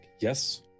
yes